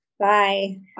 Bye